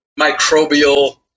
microbial